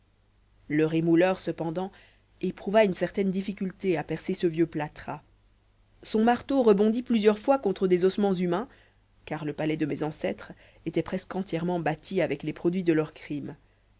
le rémouleur cependant éprouva une certaine difficulté à percer ce vieux plâtras son marteau rebondit plusieurs fois contre des ossements humains car le palais de mes ancêtres était presque entièrement bâti avec les produits de leurs crimes